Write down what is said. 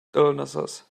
illnesses